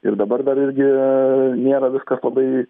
ir dabar dar irgi nėra viskas labai